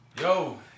Yo